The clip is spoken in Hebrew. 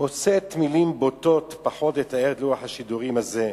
היא מוצאת מלים בוטות לתאר את לוח השידורים הזה.